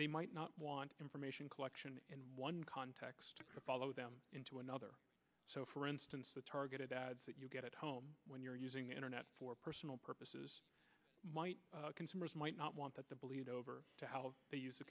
they might not want information collection in one context follow them into another so for instance the targeted ads that you get at home when you're using internet for personal purposes might consumers might not want that the bleed over to how to use a